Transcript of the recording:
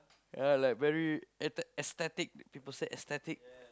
ya like very aesthe~ aesthetic people say aesthetic